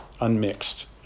unmixed